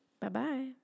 Bye-bye